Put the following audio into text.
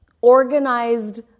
organized